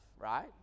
right